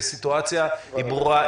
הסיטואציה, היא ברורה.